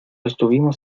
estuvimos